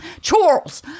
Charles